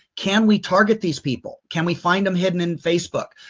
can we target these people? can we find them hidden in facebook?